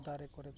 ᱫᱟᱨᱮ ᱠᱚᱨᱮ ᱠᱚ